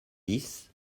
dix